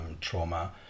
trauma